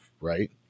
Right